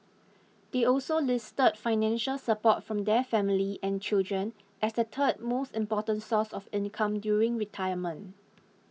they also listed financial support from their family and children as the third most important source of income during retirement